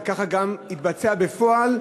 וכך גם התבצע בפועל.